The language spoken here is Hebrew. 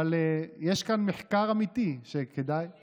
אבל יש כאן מחקר אמיתי שכדאי, אני